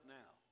now